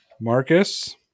Marcus